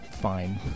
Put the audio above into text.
fine